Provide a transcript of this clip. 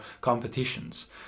competitions